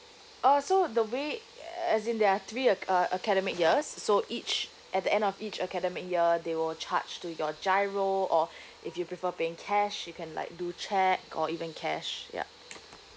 uh so the way as in there are three aca~ uh academic years so each at the end of each academic year they will charge to your GIRO or if you prefer paying cash you can like do cheque or even cash yup